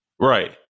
Right